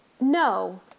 No